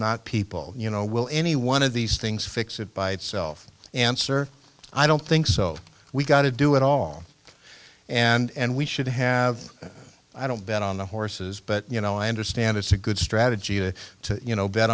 not people you know will any one of these things fix it by itself answer i don't think so we've got to do it all and we should have i don't bet on the horses but you know i understand it's a good strategy to you know bet